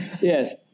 yes